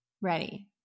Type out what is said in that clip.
Ready